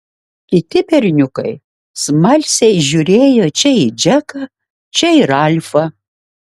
kiti berniukai smalsiai žiūrėjo čia į džeką čia į ralfą